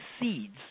seeds